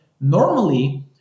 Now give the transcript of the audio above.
normally